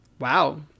Wow